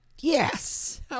Yes